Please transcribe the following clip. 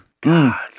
God